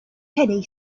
penny